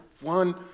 one